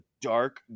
dark